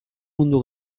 mundu